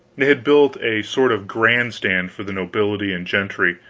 they had built a sort of grand stand for the nobility and gentry,